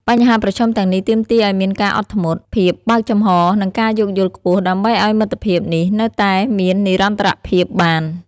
បញ្ហាប្រឈមទាំងនេះទាមទារឲ្យមានការអត់ធ្មត់ ភាពបើកចំហរនិងការយោគយល់ខ្ពស់ដើម្បីឲ្យមិត្តភាពនេះនៅតែមាននិរន្តរភាពបាន។